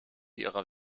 ihrer